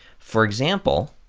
for example,